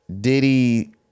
Diddy